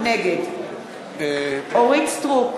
נגד אורית סטרוק,